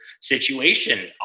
situation